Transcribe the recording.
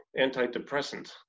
antidepressant